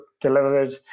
delivered